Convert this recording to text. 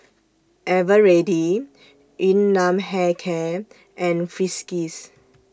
Eveready Yun Nam Hair Care and Friskies